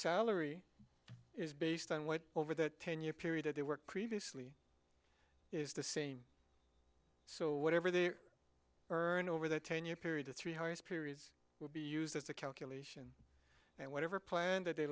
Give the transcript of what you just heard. salary is based on what over that ten year period that they were previously is the same so whatever they are and over the ten year period the three highest periods will be the calculation and whatever plan that they